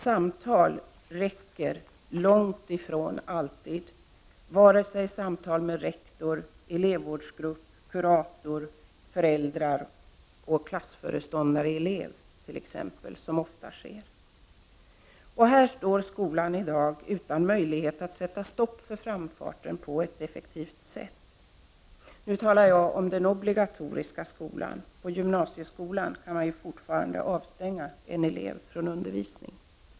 Samtal räcker långt ifrån alltid, vare sig med rektor, elevvårdsgrupp, kurator, eller mellan föräldrar, klassföreståndare och elev, som ofta förekommer. Och här står skolan i dag utan möjlighet att sätta stopp för framfarten på ett effektivt sätt. Jag talar nu om den obligatoriska skolan; på gymnasieskolan kan man fortfarande avstänga en elev från undervisning.